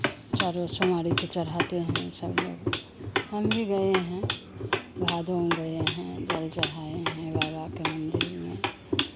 चारो सोमवारी को चढ़ाते हैं सब लोग हम भी गए हैं भादो में गए हैं जल चढ़ाए हैं बाबा के मन्दिर में